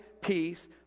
peace